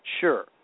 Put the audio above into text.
Sure